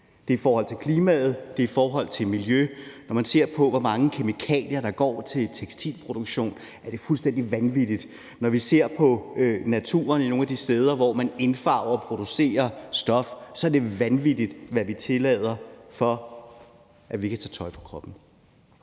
Det er i forhold til klimaet, det er i forhold til miljøet, og når man ser på, hvor mange kemikalier der går til tekstilproduktion, er det fuldstændig vanvittigt. Når vi ser på naturen nogle af de steder, hvor man indfarver og producerer stof, er det vanvittigt, hvad vi tillader, for at vi kan tage tøj på kroppen.